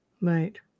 Right